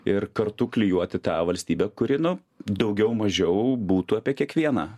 ir kartu klijuoti tą valstybę kuri nu daugiau mažiau būtų apie kiekvieną